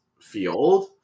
field